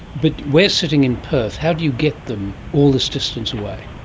but we're sitting in perth, how do you get them all this distance away?